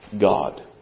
God